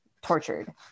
tortured